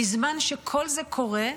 בזמן שכל זה קורה,